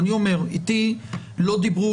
ואני אומר - איתי לא דיברו,